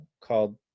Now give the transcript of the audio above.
called